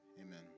Amen